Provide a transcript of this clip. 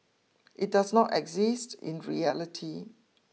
it does not exist in reality